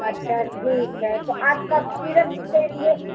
अच्छा ठीक है तो आप कफ सीरप भी देंगे